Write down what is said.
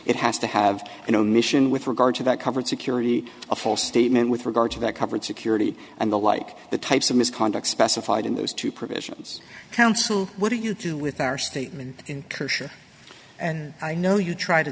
it has to have an omission with regard to that covered security a false statement with regard to that covered security and the like the types of his conduct specified in those two provisions counsel what do you do with our statement in kershaw and i know you try to